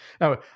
Now